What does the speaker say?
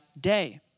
day